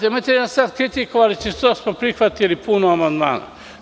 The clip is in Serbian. Nemojte nas sad kritikovati – što smo prihvatili puno amandmana.